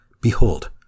behold